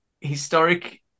historic